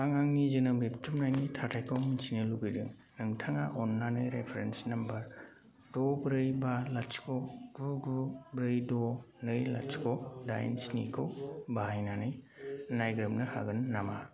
आं आंनि जोनोम रेबथुमनायनि थाथाइखौ मिथिनो लुगैदों नोंथाङा अन्नानै रेफारेन्स नम्बर द' ब्रै बा लाथिख' गु गु ब्रै द' नै लाथिख' दाइन स्निखौ बाहायनानै नायग्रोमनो हागोन नामा